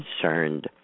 concerned